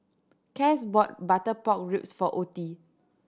Cas bought butter pork ribs for Ottie